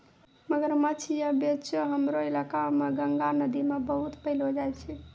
मगरमच्छ या बोचो हमरो इलाका मॅ गंगा नदी मॅ बहुत पैलो जाय छै